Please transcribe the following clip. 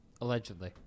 Allegedly